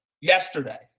yesterday